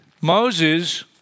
Moses